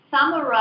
summarize